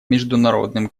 международным